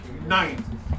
Nine